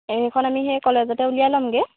এইখন আমি সেই কলেজতে উলিয়াই ল'মগৈ